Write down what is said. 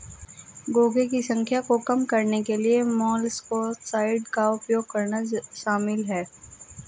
घोंघे की संख्या को कम करने के लिए मोलस्कसाइड्स का उपयोग करना शामिल है